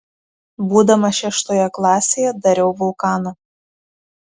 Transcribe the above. būdamas šeštoje klasėje dariau vulkaną